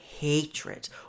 hatred